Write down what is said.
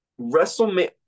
WrestleMania